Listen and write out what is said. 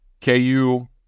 KU